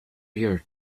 your